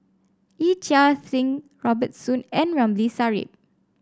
Yee Chia Hsing Robert Soon and Ramli Sarip